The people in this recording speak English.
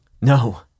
No